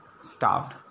starved